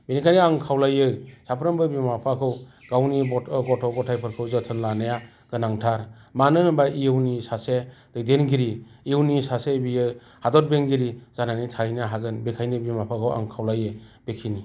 बेनिखायनो आं खावलायो साफ्रोमबो बिमा बिफाखौ गावनि गथ' गथायफोरखौ जोथोन लानाया गोनांथार मानो होनोबा इयुननि सासे दैदेनगिरि इयुननि सासे बियो हादर बेंगिरि जानानै थाहैनो हागोन बेनिखायनो बिमा बिफाखौ आं खावलायो बेखिनि